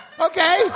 Okay